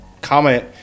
comment